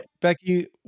Becky